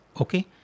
Okay